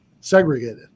segregated